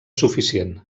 suficient